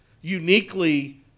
uniquely